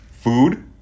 food